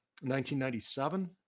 1997